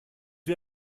wie